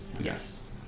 yes